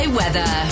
weather